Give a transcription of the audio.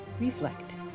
reflect